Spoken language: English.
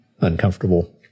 uncomfortable